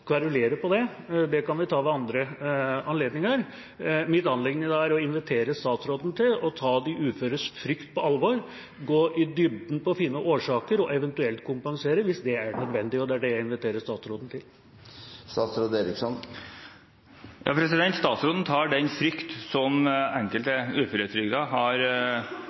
på det, det kan vi ta ved andre anledninger. Mitt anliggende i dag er å invitere statsråden til å ta de uføres frykt på alvor, gå i dybden og finne årsaker, og eventuelt kompensere, hvis det er nødvendig. Det er det jeg inviterer statsråden til. Statsråden tar den frykt som enkelte uføretrygdede har